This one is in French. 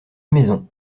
maison